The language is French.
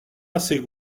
assez